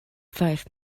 five